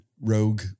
rogue